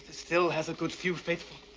still has a good few faithful.